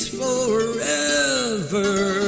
forever